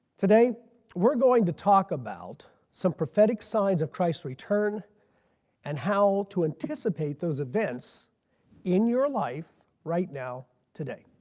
today we're going to talk about some prophetic signs of christ's return and how to anticipate those events in your life right now today.